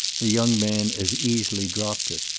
the young man as easily dropped it.